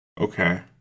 Okay